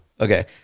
Okay